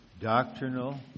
doctrinal